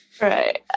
Right